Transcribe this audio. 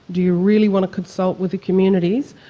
do you really want to consult with the communities?